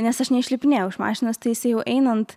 nes aš neišlipinėjau iš mašinos tai jisai jau einant